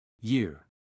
Year